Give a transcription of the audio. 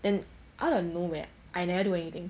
and out of nowhere I never do anything